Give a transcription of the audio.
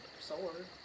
sword